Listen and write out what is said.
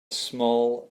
small